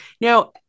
Now